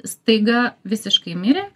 staiga visiškai mirė